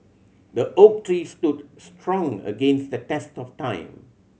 the oak tree stood strong against the test of time